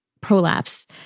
prolapse